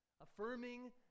affirming